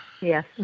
Yes